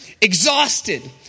exhausted